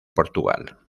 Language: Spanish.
portugal